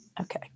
Okay